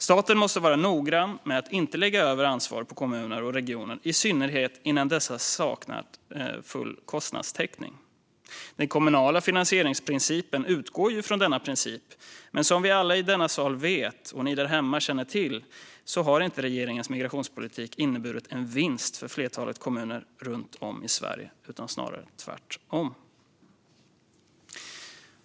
Staten måste vara noggrann med att inte lägga över ansvar på kommuner och regioner, i synnerhet om dessa saknar full kostnadstäckning. Den kommunala finansieringsprincipen utgår från denna princip, men som vi alla i denna sal vet och ni där hemma känner till har inte regeringens migrationspolitik inneburit en vinst för flertalet kommuner runt om i Sverige utan snarare tvärtom.